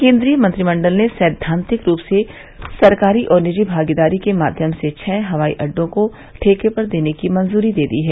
केन्द्रीय मंत्रिमंडल ने सैद्वांतिक रूप से सरकारी और निजी भागीदारी के माध्यम से छह हवाई अड्डाें को ठेके पर देने को मंजूरी दे दी है